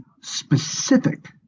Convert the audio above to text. specific